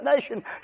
nation